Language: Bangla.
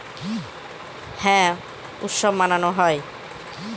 যে কোনো বছরে যখন চাষের সময় শেষ হয়ে আসে, তখন বোরো করুম উৎসব মানানো হয়